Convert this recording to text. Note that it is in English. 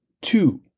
two